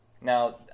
Now